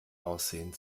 aussehen